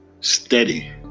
Steady